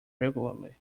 regularly